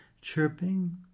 chirping